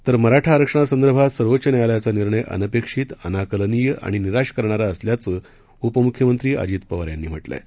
तर मराठा आरक्षणासंदर्भात सर्वोच्च न्यायालयाचा निर्णय अनपेक्षित अनाकलनीय आणि निराश करणारा असल्याचं उपमुख्यमंत्री अजीत पवार यांनी म्हटलं आहे